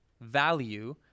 value